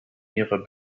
ihrer